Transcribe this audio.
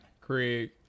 Craig